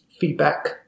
feedback